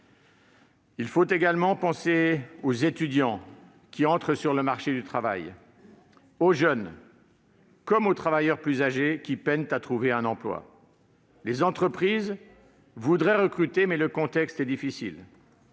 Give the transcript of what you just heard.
Il faut également penser aux étudiants qui entrent sur le marché du travail, aux jeunes comme aux travailleurs plus âgés qui peinent à trouver un emploi. Les entreprises voudraient recruter, mais le contexte est difficile.